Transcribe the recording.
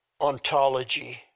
ontology